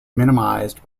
minimized